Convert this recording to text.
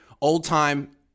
old-time